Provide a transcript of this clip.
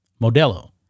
Modelo